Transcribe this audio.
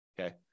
Okay